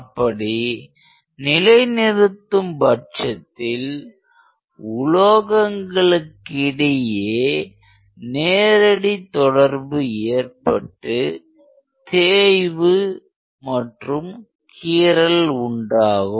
அப்படி நிலை நிறுத்தும் பட்சத்தில் உலோகங்களுக்கிடையே நேரடி தொடர்பு ஏற்பட்டு தேய்வு மற்றும் கீறல் உண்டாகும்